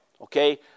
okay